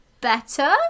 better